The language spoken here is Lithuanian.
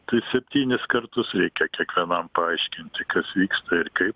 tai septynis kartus reikia kiekvienam paaiškinti kas vyksta ir kaip